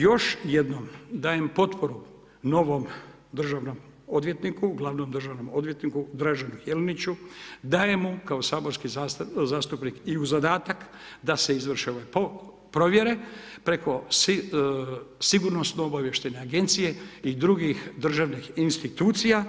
Još jednom dajem potporu novom državnom odvjetniku, glavnom državnom odvjetniku Draženu Jeliniću, dajem mu kao saborski zastupnik i u zadatak da se izvrše ove provjere preko Sigurnosno-obavještajne agencije i drugih državnih institucija